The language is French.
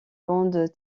bande